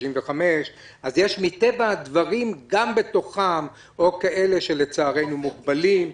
65. מטבע הדברים גם בתוכם יש כאלה שלצערנו הם מוגבלים,